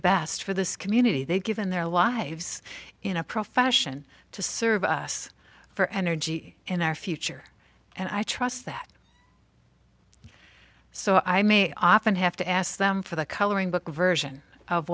best for this community they've given their lives in a profession to serve us for energy in our future and i trust that so i may often have to ask them for the coloring book version of